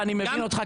ואני מבין אותך,